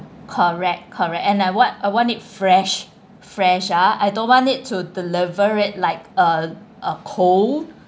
correct correct and I want I want it fresh fresh ah I don't want it to deliver it like a uh cold